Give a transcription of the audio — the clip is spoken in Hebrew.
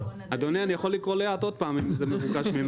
אדוני, אני יכול לקרוא שוב לאט, אם זה מתבקש.